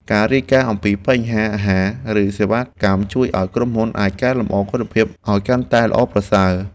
ការរាយការណ៍អំពីបញ្ហាអាហារ ឬសេវាកម្មជួយឱ្យក្រុមហ៊ុនអាចកែលម្អគុណភាពឱ្យកាន់តែល្អប្រសើរ។